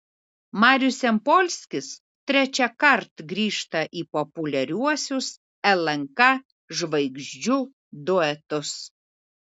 marius jampolskis trečiąkart grįžta į populiariuosius lnk žvaigždžių duetus